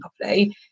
properly